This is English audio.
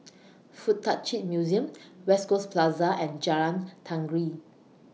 Fuk Tak Chi Museum West Coast Plaza and Jalan Tenggiri